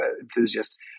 enthusiast